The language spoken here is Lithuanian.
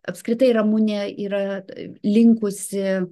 apskritai ramunė yra linkusi